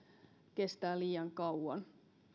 kestää liian kauan